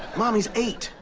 mom he's eight!